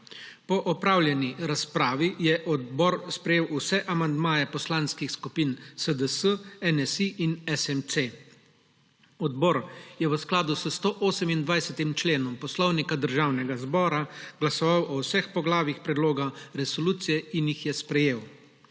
Po opravljeni razpravi je odbor sprejel vse amandmaje poslanskih skupin SDS, NSi in SMC. Odbor je v skladu s 128. členom Poslovnika Državnega zbora glasoval o vseh poglavjih predloga resolucije in jih sprejel.